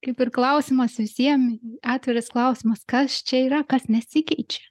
kaip ir klausimas visiem atviras klausimas kas čia yra kas nesikeičia